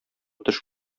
төш